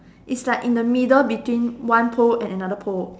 is like in the middle between one pole and another pole